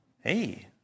hey